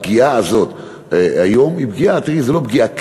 הפגיעה הזאת היום היא לא פגיעה קריטית,